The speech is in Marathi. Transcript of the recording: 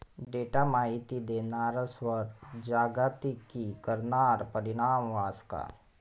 डेटा माहिती देणारस्वर जागतिकीकरणना परीणाम व्हस का?